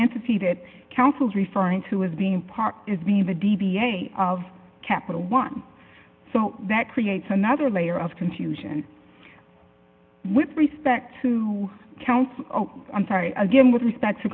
entity that councils referring to as being part is being the d b a of capital one so that creates another layer of confusion with respect to council i'm sorry again with respect to